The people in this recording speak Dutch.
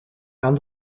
aan